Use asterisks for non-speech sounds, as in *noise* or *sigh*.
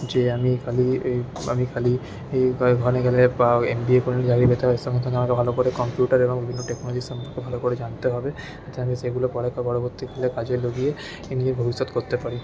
যে আমি খালি আমি খালি ওখানে গেলে বা এমবিএ করলে চাকরি পেতে *unintelligible* ভালো করে কম্পিউটার এবং বিভিন্ন টেকনোলজির সম্পর্কে ভালো করে জানতে হবে *unintelligible* আমি সেগুলো পড়ে পরবর্তীকালে কাজে লাগিয়ে নিজের ভবিষ্যৎ করতে পারি